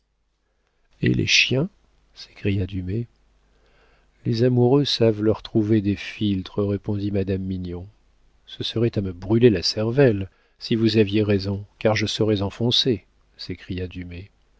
et les chiens s'écria dumay les amoureux savent leur trouver des philtres répondit madame mignon ce serait à me brûler la cervelle si vous aviez raison car je serais enfoncé s'écria